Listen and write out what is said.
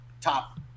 top